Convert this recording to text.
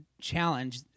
challenge